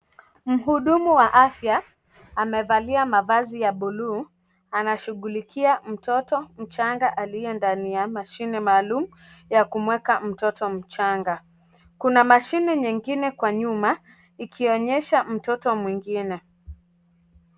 Mhudumu wa afya amevalia mavazi ya blue anashughulikia mtoto mchanga aliye ndani ya mashine maalum ya kumweka mtoto mchanga. Kuna mashine nyingine kwa nyuma ikionyesha mtoto mwingine.